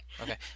okay